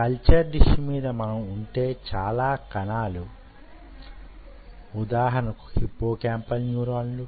culture dish మీద మనం వుంచే చాలా కణాలు ఉదాహరణకు హిప్పోకాంపల్ న్యూరాన్ లు